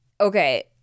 okay